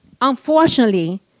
unfortunately